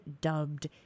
dubbed